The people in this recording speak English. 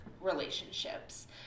relationships